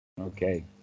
okay